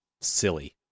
silly